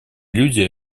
люди